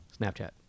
Snapchat